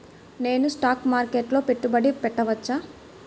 నేను స్టాక్ మార్కెట్లో పెట్టుబడి పెట్టవచ్చా?